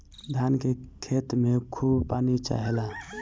धान के खेत में खूब पानी चाहेला